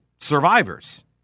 survivors